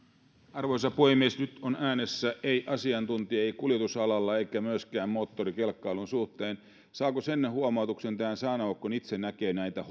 arvoisa puhemies nyt on äänessä ei asiantuntija ei kuljetusalan eikä myöskään moottorikelkkailun suhteen saanko sen huomautuksen tähän sanoa että kun itse näkee näitä